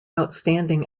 outstanding